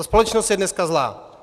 Ta společnost je dneska zlá.